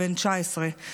בן 19,